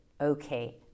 okay